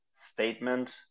statement